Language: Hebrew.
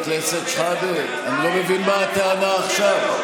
אני לא מבין מה הטענה עכשיו.